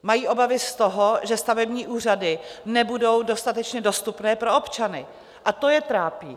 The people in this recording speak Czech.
Mají obavy z toho, že stavební úřady nebudou dostatečně dostupné pro občany, a to je trápí.